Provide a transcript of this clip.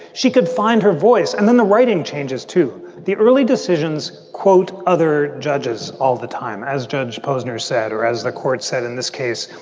she could find her voice. and then the writing changes to the early decisions, quote, other judges all the time, as judge posner said, or as the court said in this case,